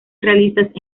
realistas